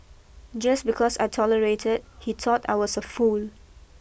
just because I tolerated he thought I was a fool